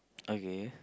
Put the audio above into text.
okay